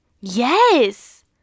Yes